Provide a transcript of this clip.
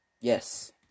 Yes